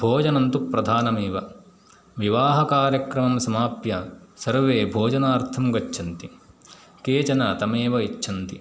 भोजनं तु प्रधानमेव विवाहकार्यक्रमं समाप्य सर्वे भोजनार्थं गच्छन्ति केचन तमेव इच्छन्ति